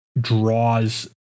draws